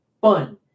fun